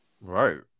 Right